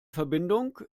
verbindung